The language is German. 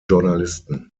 journalisten